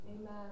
Amen